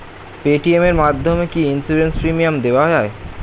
Paytm এর মাধ্যমে কি ইন্সুরেন্স প্রিমিয়াম দেওয়া যায়?